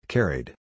Carried